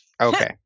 Okay